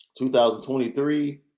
2023